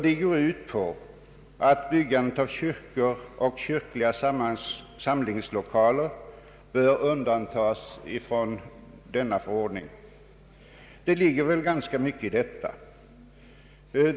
De går ut på att byggandet av kyrkor och kyrkliga samlingslokaler bör undantas från denna förordning om investeringsavgift. Det ligger väl ganska mycket i detta.